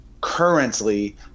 currently